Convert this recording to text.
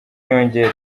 yongeye